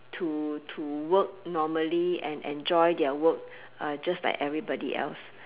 to to work normally and enjoy their work just like everybody else